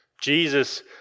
Jesus